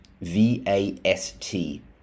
V-A-S-T